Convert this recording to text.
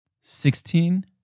Sixteen